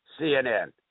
CNN